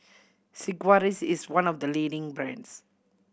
Sigvaris is one of the leading brands